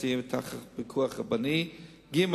תחת פיקוד רבני, ג.